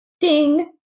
Ding